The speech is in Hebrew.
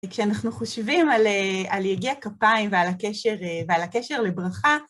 כשאנחנו חושבים על יגיע כפיים ועל הקשר לברכה,